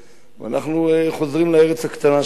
אנחנו חוזרים לארץ הקטנה שלנו.